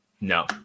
no